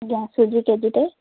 ଆଜ୍ଞା ସୁଜି କେଜିଟେ